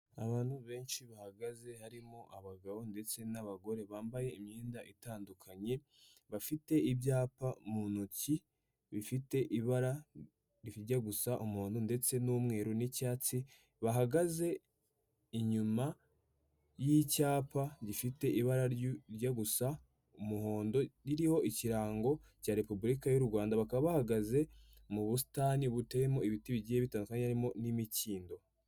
Abantu benshi bahagaze harimo abagabo ndetse n'abagore bambaye imyenda itandukanye bafite ibyapa mu ntoki bifite ibara rijya gusa umuhondo ndetse n'umweru n'icyatsi bahagaze inyuma y'icyapa gifite ibara rijya gusa umuhondo ririho ikirango cya repubulika y'u Rwanda bakaba bahagaze mu busitani buteyemo ibiti bigiye bitandukanye harimo n'imikindo.